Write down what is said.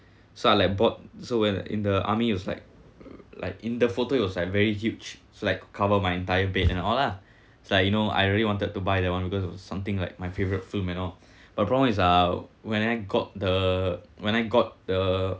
so I like bought so when in the army it was like like in the photo it was like very huge it's like cover my entire bed and all lah is like you know I really wanted to buy that one because of something like my favorite film and all but wrong is uh when I got the when I got the